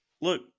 Look